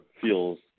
feels